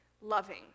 loving